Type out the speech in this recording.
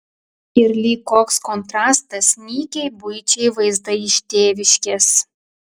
ir lyg koks kontrastas nykiai buičiai vaizdai iš tėviškės